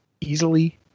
easily